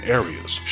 areas